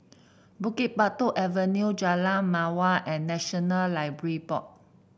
Bukit Batok Avenue Jalan Mawar and National Library Board